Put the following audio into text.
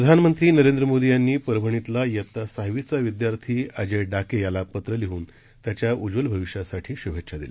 प्रधानमंत्री नरेंद्र मोदी यांनी परभणीतला इयता सहावीचा विद्यार्थी अजय डाके याला पत्र लिहन त्याच्या उज्वल भविष्यासाठी शुभेच्छा दिल्या आहेत